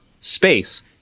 space